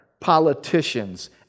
politicians